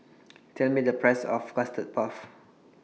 Tell Me The Price of Custard Puff